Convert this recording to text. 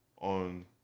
on